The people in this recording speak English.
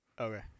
Okay